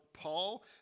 Paul